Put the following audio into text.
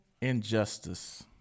injustice